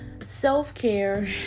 Self-care